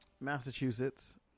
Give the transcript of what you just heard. Massachusetts